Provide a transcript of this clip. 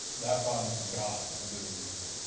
that problem is gone into the ether.